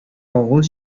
авыл